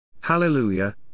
Hallelujah